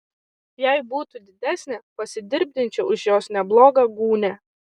jei būtų didesnė pasidirbdinčiau iš jos neblogą gūnią